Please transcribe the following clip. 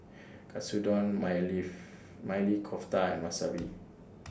Katsudon Maili Kofta and Wasabi